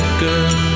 girl